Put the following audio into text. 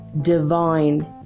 divine